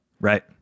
Right